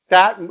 that, and